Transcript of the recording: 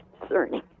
discerning